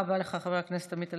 תודה רבה לך, חבר הכנסת עמית הלוי.